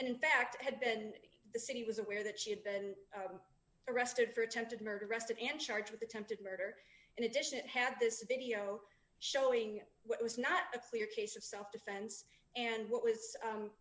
and in fact had been the city was aware that she had been arrested for attempted murder arrested and charged with attempted murder in addition it had this video showing what was not a clear case of self defense and what was